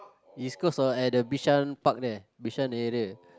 East Coast or at the Bishan-Park there Bishan area